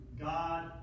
God